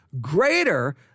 greater